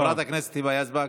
חברת הכנסת היבה יזבק,